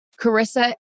Carissa